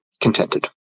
contented